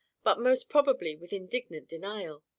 but most probably with indignant denial.